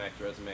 resume